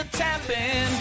tapping